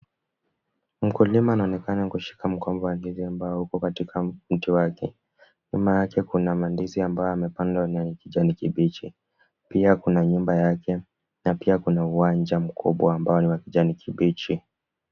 Mkulima anaonekana kushika mgomba wa ndizi ambao uko katika mti wake. Nyuma yake kuna mandizi ambayo yamepandwa na ni kijani kibichi, pia kuna nyumba yake na pia kuna uwanja mkubwa ambao ni wa kijani kibichi.